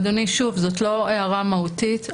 אדוני, שוב, זאת לא הערה מהותית.